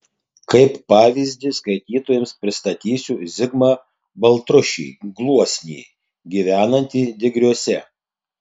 kaip pavyzdį skaitytojams pristatysiu zigmą baltrušį gluosnį gyvenantį digriuose